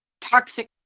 toxic